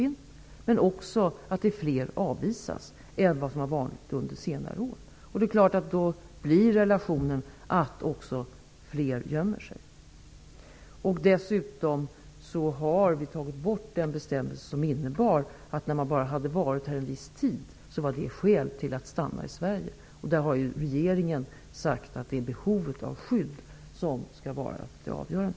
Det betyder också att fler avvisas än vad som varit vanligt under senare år. Då blir det också fler som gömmer sig. Dessutom har vi tagit bort den bestämmelse som innebar att det faktum att man hade varit i landet en viss tid var skäl att få stanna i Sverige. Regeringen har sagt att behovet av skydd skall vara det avgörande.